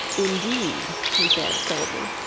indeed? he said, coldly.